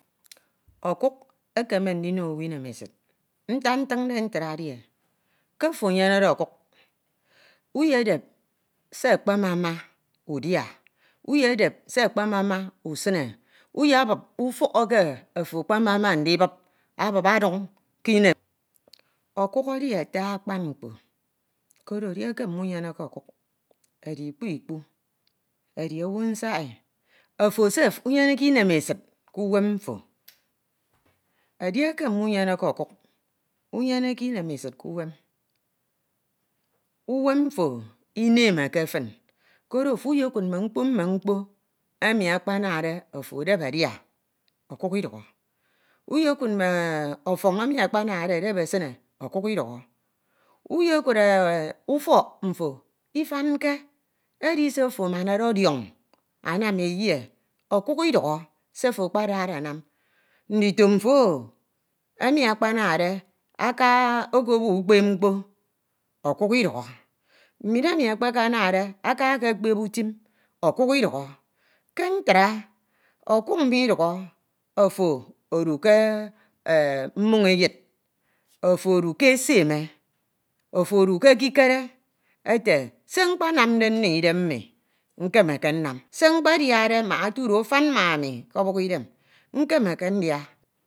ọkuk ekeme ndino ọwu memesid ntak ntinde ntra edi ke ofo endenede ọkuk, uyedap se ekpe mọma udia, uyedep se ekpe mọma usine uyebup ufọk eke ofo ekpemọma ndibup abup adeun k'inem. Okuk edi ata akpan mkpo koro edieke mumyeneke ọkuk edi ikpikpu, edi owu nsahi, ofo sef unyeneke imemesid ke uwem mfo, edieke uyeneke okuk, uyeneke memesid k’wem. Uwem mfo memeke for, koro ofo uyekud mme mkpo, mme mkpo emi akpan ade ofo edep okuk idukhọ, iyekuñ mme- e- e ọfañ enu akpanade ofo edep okuk idukhọ iyekude e ufọk mfo iyanke edi se ofo amanade odioñ aname eye ọkuk idukhọ se ofo akpadade ansm, ndito mfo- a ami akpamade aka ekebo ukpan mkpo o̱kek idukho̱. Mbin emi ekpeke amade aka ekepep utim ọkuk idukhọ. Ke ntra ọkuk midukhọ ofo edu ke mmoñ-eyed, ofo eduke eseme, ofo edu ke ekikere ete se mkpanamade nno idem mi, nkemeke nnam,. se mkpediade mbak etudo afan ma ami ke ọbuk idem nkemeke ndia.